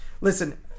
Listen